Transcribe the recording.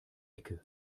ecke